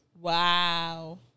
Wow